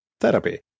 Therapy